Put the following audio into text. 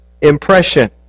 impression